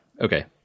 okay